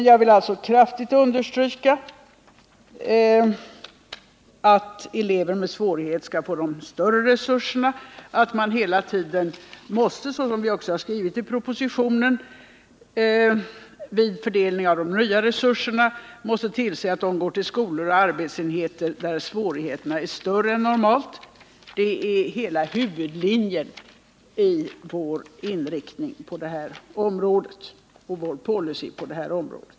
Jag vill också kraftigt understryka att elever med svårigheter skall få de större resurserna, att man hela tiden, som vi också har skrivit i propositionen, vid fördeiningen av de nya resurserna måste tillse att de går till skolor och arbetsenheter där svårigheterna är större än normalt. Det är huvudlinjen i vår inriktning och vår policy på detta område.